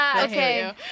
Okay